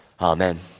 Amen